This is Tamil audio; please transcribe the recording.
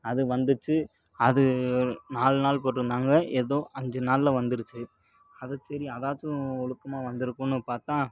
அது வந்துச்சு அது நாலு நாள் போட்டுருந்தாங்க ஏதோ அஞ்சு நாளில் வந்துடுச்சு அது சரி அதாச்சும் ஒழுக்கமா வந்துருக்கும்னு பார்த்தா